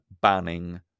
banning